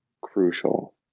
crucial